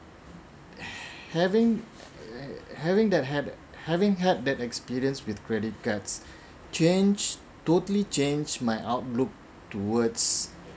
having having that hab~ having had that experience with credit cards changed totally changed my outlook towards